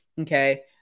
Okay